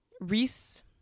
Reese